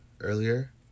earlier